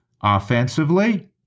offensively